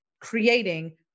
creating